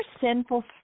sinful